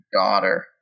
daughter